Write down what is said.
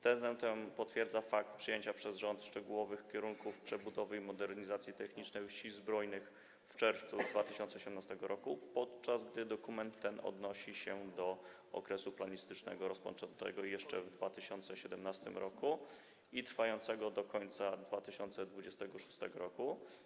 Tezę tę potwierdza fakt przyjęcia przez rząd szczegółowych kierunków przebudowy i modernizacji technicznej Sił Zbrojnych w czerwcu 2018 r., podczas gdy dokument ten odnosi się do okresu planistycznego rozpoczętego jeszcze w 2017 r. i trwającego do końca 2026 r.